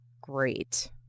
Great